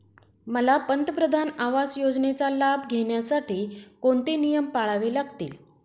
मला पंतप्रधान आवास योजनेचा लाभ घेण्यासाठी कोणते नियम पाळावे लागतील?